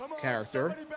character